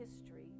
history